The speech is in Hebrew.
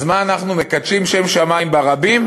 אז מה, אנחנו מקדשים שם שמים ברבים?